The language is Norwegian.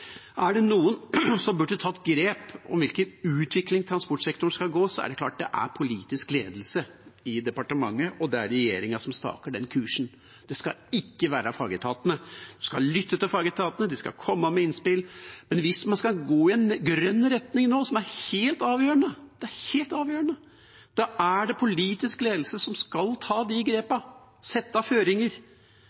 Er det noen som burde tatt grep om hvilken utvikling transportsektoren skal ha, er det klart det er politisk ledelse i departementet, og det er regjeringa som staker ut den kursen. Det skal ikke være fagetatene. De skal lytte til fagetatene, de skal komme med innspill, men hvis man skal gå i en grønn retning nå, som er helt avgjørende – det er helt avgjørende – er det politisk ledelse som skal ta de grepene, sette føringer.